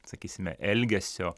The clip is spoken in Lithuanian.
sakysime elgesio